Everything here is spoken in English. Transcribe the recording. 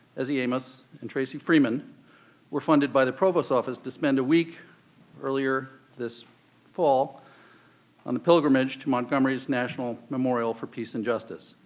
eze amos and tracy freeman were funded by the provost's office to spend a week earlier this fall on the pilgrimage to montgomery's national memorial for peace and justice,